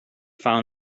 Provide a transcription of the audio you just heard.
found